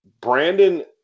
Brandon